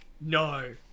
no